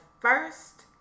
first